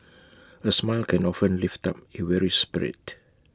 A smile can often lift up A weary spirit